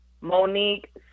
Monique